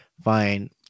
Fine